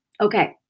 Okay